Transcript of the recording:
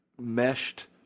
meshed